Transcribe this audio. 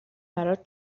برات